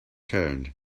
turned